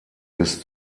bis